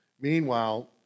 Meanwhile